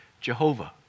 Jehovah